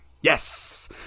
yes